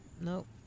Nope